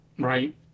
Right